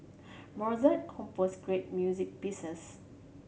Mozart composed great music pieces